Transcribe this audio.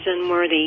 unworthy